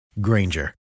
Granger